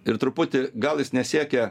ir truputį gal jis nesiekia